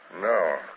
No